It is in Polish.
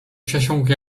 przesiąkł